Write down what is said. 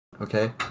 okay